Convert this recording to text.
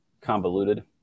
convoluted